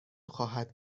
خواهد